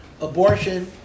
Abortion